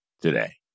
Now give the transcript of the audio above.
today